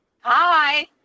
Hi